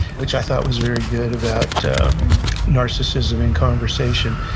which i thought was very good about narcissism in conversation,